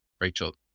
Rachel